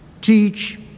teach